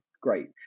great